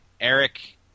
Eric